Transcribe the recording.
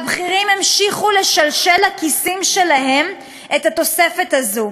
הבכירים המשיכו לשלשל לכיסים שלהם את התוספת הזאת.